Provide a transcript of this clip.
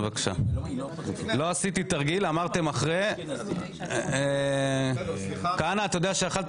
(הישיבה נפסקה בשעה 09:18 ונתחדשה בשעה